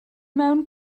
mewn